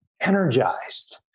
energized